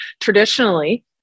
traditionally